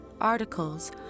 articles